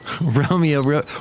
Romeo